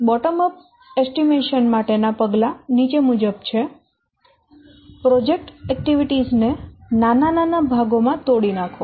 bottom up અંદાજ માટેનાં પગલાં નીચે મુજબ છે પ્રોજેક્ટ પ્રવૃત્તિઓ ને નાના નાના ભાગોમાં તોડી નાખો